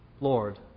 Lord